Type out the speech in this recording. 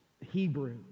Hebrew